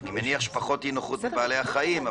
אני מניח שפחות אי נוחות מבעלי החיים,